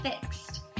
fixed